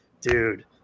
dude